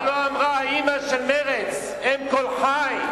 מה לא אמרה האמא של מרצ, אם כל חי,